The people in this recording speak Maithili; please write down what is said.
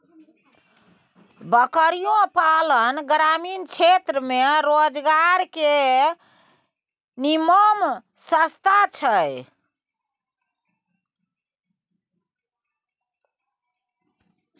बकरियो पालन ग्रामीण क्षेत्र में रोजगार के निम्मन रस्ता छइ